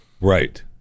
Right